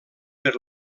per